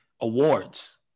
awards